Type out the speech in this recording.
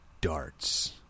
Darts